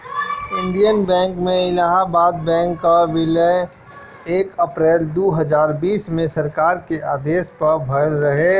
Indian bank में Allahabad bank कअ विलय एक अप्रैल दू हजार बीस में सरकार के आदेश पअ भयल रहे